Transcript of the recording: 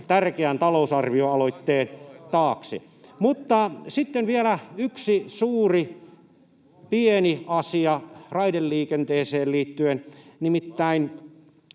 Sankelo hoitaa!] Mutta sitten vielä yksi suuri pieni asia raideliikenteeseen liittyen. Nimittäin